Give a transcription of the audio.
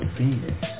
Phoenix